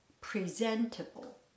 presentable